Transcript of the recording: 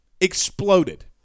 Exploded